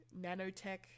nanotech